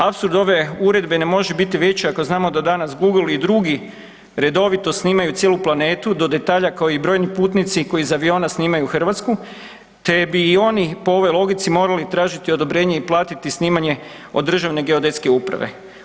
Apsurd ove uredbe ne može biti veća ako znamo da danas Google i drugi redovito snimaju cijelu planetu do detalja kao i brojni putnici koji iz aviona snimaju Hrvatsku, te bi i oni po ovoj logici morali tražiti odobrenje i platiti snimanje od Državne geodetske uprave.